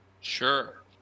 Sure